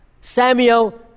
Samuel